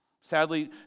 Sadly